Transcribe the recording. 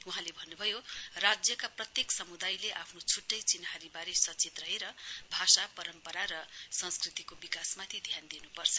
वहाँले भन्नुभयो राज्यका प्रत्येक समुदायले आफ्नो छट्टै चिन्हारीवारे सचेत रहेर भाषा परम्परा र संस्कृतिको विकासमाथि ध्यान दिनुपर्छ